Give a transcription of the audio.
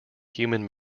human